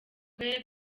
karere